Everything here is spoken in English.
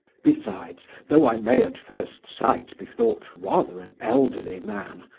besides, though i may at first sight be thought rather an elderly man,